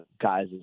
guys